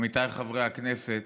עמיתיי חברי הכנסת,